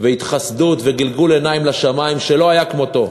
והתחסדות וגלגולי עיניים לשמים שלא היה כמותו.